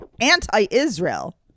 anti-Israel